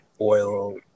oil